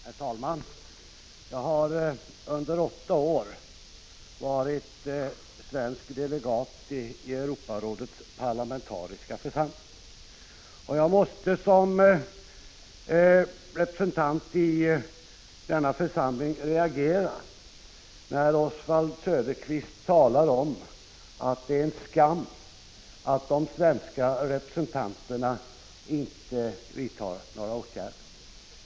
Herr talman! Jag har under åtta år varit svensk delegat i Europarådets parlamentariska församling. Och jag måste som representant i denna församling reagera när Oswald Söderqvist säger att det är en skam att de svenska representanterna inte vidtar några åtgärder.